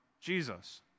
Jesus